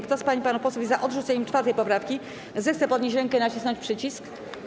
Kto z pań i panów posłów jest za odrzuceniem 4. poprawki, zechce podnieść rękę i nacisnąć przycisk.